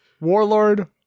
Warlord